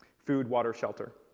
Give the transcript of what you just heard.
food, water, shelter.